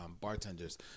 bartenders